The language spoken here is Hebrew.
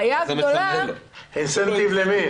אינסנטיב למי?